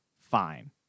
fine